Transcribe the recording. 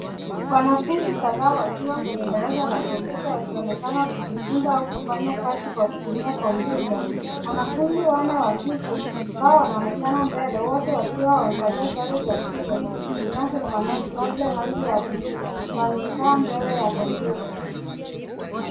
Wanafunzi kadhaa wakiwa kwenye darasa la kompyuta wakionekana wakijifunza au kufanya kazi kwa kutumia kompyuta. Wanafunzi wanne wa kike ambao wanaonekana mbele wote wakiwa wamevalia sare za shule zinazofanana labda rangi ya bluu wamekaa mbele ya kompyuta.